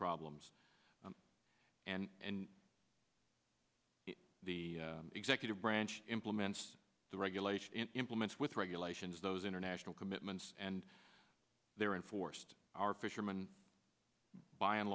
problems and the executive branch implements the regulation implements with regulations those international commitments and they're enforced are fisherman by and